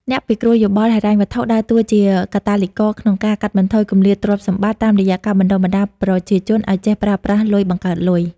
អ្នកពិគ្រោះយោបល់ហិរញ្ញវត្ថុដើរតួជាកាតាលីករក្នុងការកាត់បន្ថយគម្លាតទ្រព្យសម្បត្តិ តាមរយៈការបណ្ដុះបណ្ដាលប្រជាជនឱ្យចេះប្រើប្រាស់លុយបង្កើតលុយ។